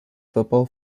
football